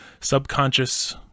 subconscious